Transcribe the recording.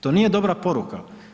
To nije dobra poruka.